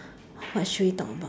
what should we talk about